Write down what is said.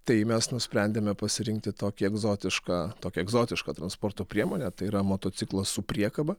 tai mes nusprendėme pasirinkti tokį egzotišką tokią egzotišką transporto priemonę tai yra motociklas su priekaba